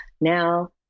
now